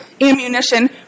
ammunition